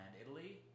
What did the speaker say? Italy